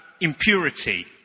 impurity